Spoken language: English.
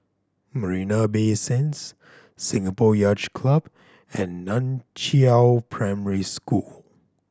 Marina Bay Sands Singapore Yacht Club and Nan Chiau Primary School